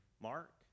Mark